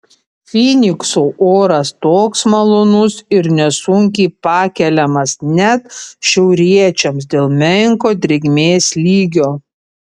fynikso oras toks malonus ir nesunkiai pakeliamas net šiauriečiams dėl menko drėgmės lygio